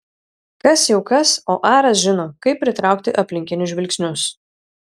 kas jau kas o aras žino kaip pritraukti aplinkinių žvilgsnius